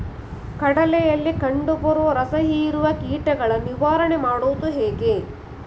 ಕಡಲೆಯಲ್ಲಿ ಕಂಡುಬರುವ ರಸಹೀರುವ ಕೀಟಗಳ ನಿವಾರಣೆ ಮಾಡುವುದು ಹೇಗೆ?